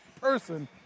person